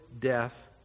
death